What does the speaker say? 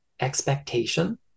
expectation